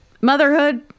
Motherhood